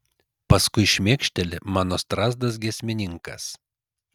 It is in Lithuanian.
paskui šmėkšteli mano strazdas giesmininkas